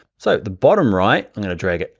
so at the bottom right, i'm gonna drag